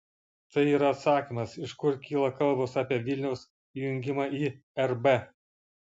tai yra atsakymas iš kur kyla kalbos apie vilniaus įjungimą į rb